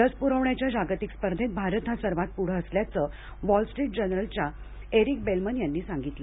लस पुरवण्याच्या जागतिक स्पर्धेत भारत हा सर्वांत पुढं असल्याचं वॉल स्ट्रीट जर्नलच्या एरिक बेलमन यांनी सांगितलं